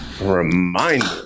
reminder